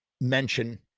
mention